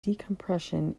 decompression